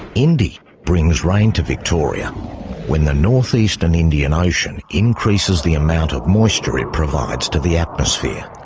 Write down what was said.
indy brings rain to victoria when the north-eastern indian ocean increases the amount of moisture it provides to the atmosphere.